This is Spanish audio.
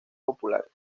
populares